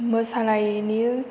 मोसानायनि